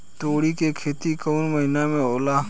तोड़ी के खेती कउन महीना में होला?